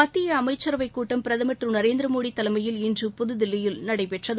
மத்திய அமைச்சரவைக் கூட்டம் பிரதமர் திரு நரேந்திரமோடி தலைமயில் இன்று புதுதில்லியில் நடைபெற்றது